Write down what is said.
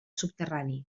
subterrani